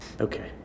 okay